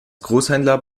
großhändler